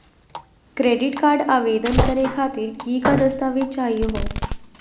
Credit card आवेदन करे खातीर कि क दस्तावेज चाहीयो हो?